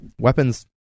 weapons